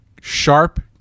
sharp